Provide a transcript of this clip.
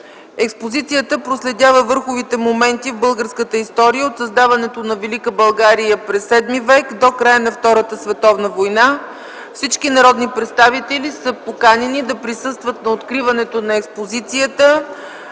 Експозицията проследява върховите моменти в българската история от създаването на Велика България през VІІ век до края на Втората световна война. Всички народни представители са поканени да присъстват на откриването на експозицията